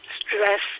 stress